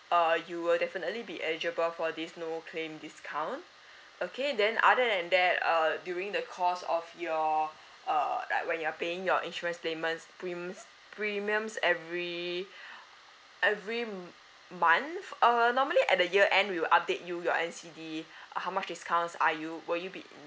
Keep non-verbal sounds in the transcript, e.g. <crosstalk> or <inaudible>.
uh you will definitely be eligible for this no claim discount okay then other than that err during the course of your uh like when you're paying your insurance payments premiums every <breath> every month err normally at the year end we'll update you your N_C_D uh how much discounts are you will you be